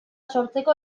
sortzeko